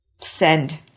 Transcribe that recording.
send